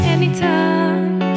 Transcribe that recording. Anytime